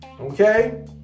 Okay